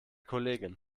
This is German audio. kollegin